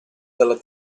dalla